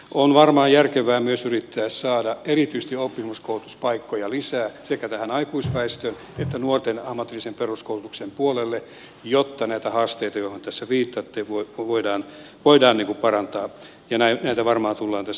on varmaan järkevää myös yrittää saada erityisesti oppisopimuskoulutuspaikkoja lisää sekä tähän aikuisväestön että nuorten ammatillisen peruskoulutuksen puolelle jotta näitä haasteita joihin tässä viitattiin voidaan parantaa ja näitä varmaan tullaan tässä esittämään